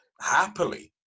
happily